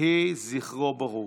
יהי זכרו ברוך.